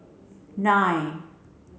nine